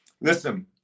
listen